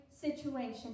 situation